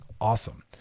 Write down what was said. awesome